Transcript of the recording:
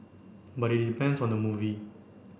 but it depends on the movie